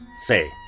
Say